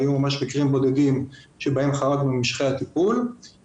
היו ממש מקרים בודדים שבהם חרגנו ממשכי הטיפול.